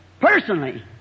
personally